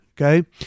okay